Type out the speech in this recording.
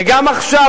וגם עכשיו,